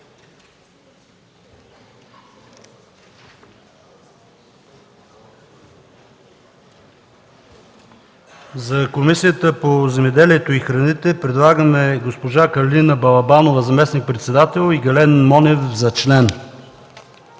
За Комисията по земеделието и храните предлагаме госпожа Калина Балабанова за заместник-председател и Гален Монев за член.